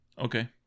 Okay